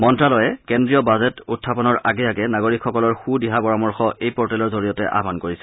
মন্ত্যালয়ে কেন্দ্ৰীয় বাজেট উখাপনৰ আগে আগে নাগৰিকসকলৰ সু দিহা পৰামৰ্শ এই পৰ্টেলৰ জৰিয়তে আহান কৰিছে